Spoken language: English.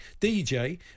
DJ